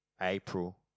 April